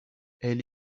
elle